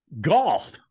Golf